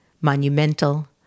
monumental